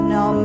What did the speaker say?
no